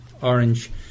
orange